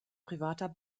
privater